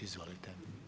Izvolite.